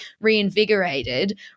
reinvigorated